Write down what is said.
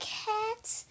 cats